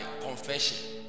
confession